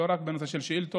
לא רק בנושא של שאילתות,